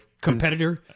competitor